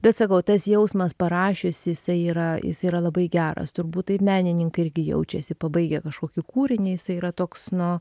bet sakau tas jausmas parašius jisai yra jis yra labai geras turbūt taip menininkai irgi jaučiasi pabaigę kažkokį kūrinį jisai yra toks nu